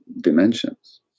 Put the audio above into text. dimensions